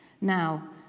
Now